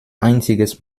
einziges